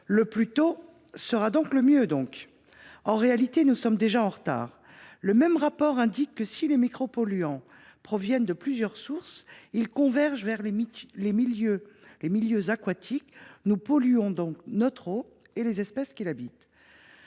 Le plus tôt sera donc le mieux ! En réalité, nous sommes déjà en retard. Le même rapport sénatorial indique que, si les micropolluants proviennent de plusieurs sources, ils convergent vers les milieux aquatiques. Nous polluons donc notre eau et les espèces qui l’habitent.